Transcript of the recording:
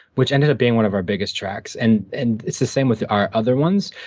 which ended up being one of our biggest tracks, and and it's the same with our other ones,